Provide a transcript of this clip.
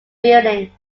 building